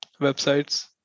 websites